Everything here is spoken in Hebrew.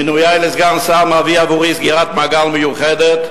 מינויי לסגן שר מהווה עבורי סגירת מעגל מיוחדת,